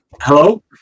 Hello